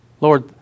Lord